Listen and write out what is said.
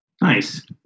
Nice